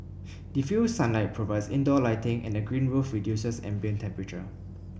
diffused sunlight provides indoor lighting and the green roof reduces ambient temperature